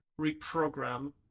reprogram